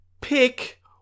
Pick